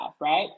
right